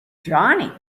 johnny